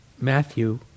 Matthew